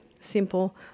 Simple